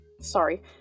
Sorry